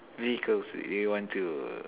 vehicles would you want to